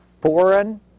foreign